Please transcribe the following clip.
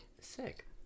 Sick